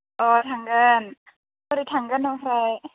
अ थांगोन बोरै थांगोन ओमफ्राय